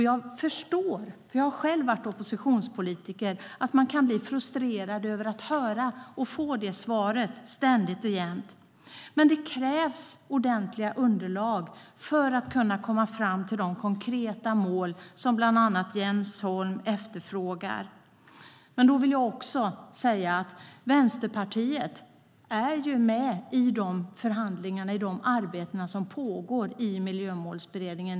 Jag förstår, eftersom jag själv har varit oppositionspolitiker, att man kan bli frustrerad över att ständigt och jämt få detta svar. Men det krävs ordentliga underlag för att kunna komma fram till de konkreta mål som bland andra Jens Holm efterfrågar. Men då vill jag också säga att Vänsterpartiet är med i de förhandlingar och i de arbeten som pågår i Miljömålsberedningen.